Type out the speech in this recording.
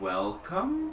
Welcome